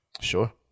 Sure